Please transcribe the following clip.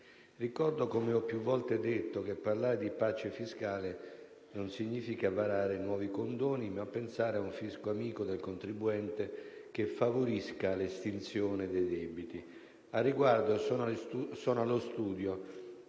Ricordo - come ho più volte detto - che parlare di "pace fiscale" significa non varare nuovi condoni, ma pensare a un fisco amico del contribuente, che favorisca l'estinzione dei debiti.